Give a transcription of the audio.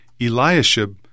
Eliashib